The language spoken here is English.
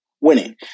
winning